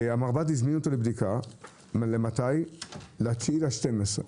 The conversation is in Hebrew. המרב"ד הזמין אותו לבדיקה ל-9 בדצמבר,